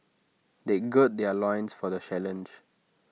they gird their loins for the challenge